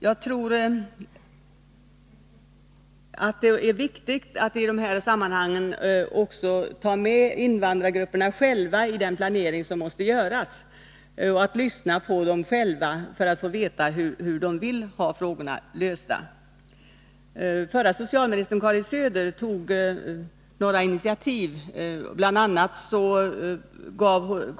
Jag tror att det är viktigt att i dessa sammanhang ta med invandrargrupperna själva i den planering som måste göras och lyssna till dem för att få veta hur de vill ha frågorna lösta. Förra socialministern Karin Söder tog några initiativ. Bl.